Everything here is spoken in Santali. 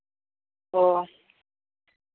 ᱚᱻ